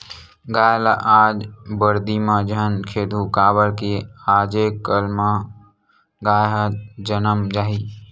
गाय ल आज बरदी म झन खेदहूँ काबर कि आजे कल म गाय ह जनम जाही